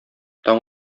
таң